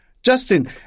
Justin